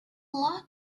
lot